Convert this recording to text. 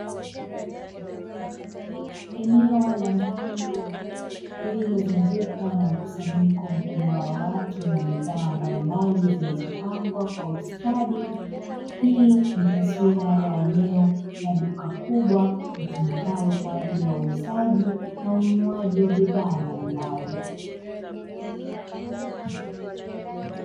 Eneo la ndani lililozungukwa na mkusanyiko mkubwa wa watu na bidhaa mbalimbali zilizopangwa kwa ustadi, hii ni taswira ya eneo la duka kubwa litumikalo kwa ajili ya uuzaji na ununuaji wa bidhaa mbalimbali.